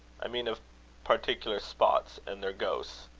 i mean of particular spots and their ghosts.